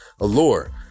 allure